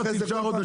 אחרי זה --- לא.